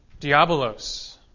diabolos